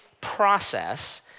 process